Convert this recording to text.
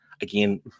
Again